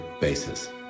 basis